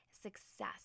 success